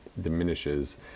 diminishes